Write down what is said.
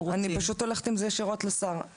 רוצים --- אני פשוט הולכת עם זה ישירות לשר.